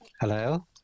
Hello